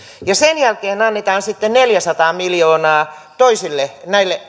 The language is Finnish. ja sen jälkeen sitten annetaan neljäsataa miljoonaa toisille